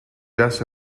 jazz